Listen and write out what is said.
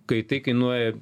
kai tai kainuoja